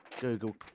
Google